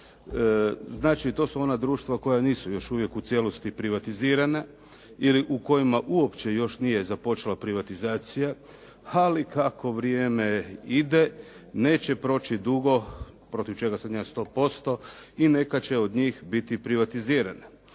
Znači to su ona društva koja nisu još uvijek u cijelosti privatizirana ili u kojim još uopće nije započela privatizacija, ali kako vrijeme ide neće proći dugo, protiv čega sam ja 100%, i neka će od njih biti privatizirana.